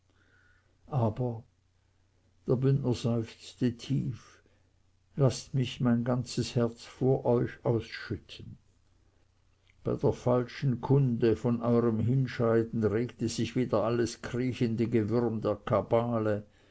aber der bündner seufzte tief laßt mich mein ganzes herz vor euch ausschütten bei der falschen kunde von eurem hinscheiden regte sich wieder alles kriechende gewürm der kabale